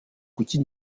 kuki